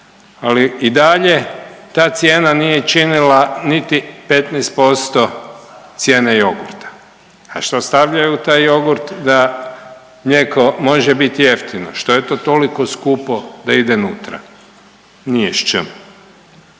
ali i dalje ta cijena nije činila niti 15% cijene jogurta. A što stavljaju u taj jogurt da mlijeko može bit jeftino, što je toliko skupo da ide unutra? …/Govornik